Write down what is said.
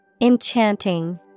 Enchanting